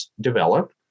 develop